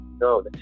no